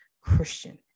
christian